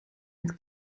het